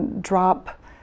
drop